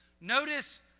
Notice